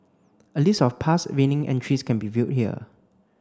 a list of past winning entries can be viewed here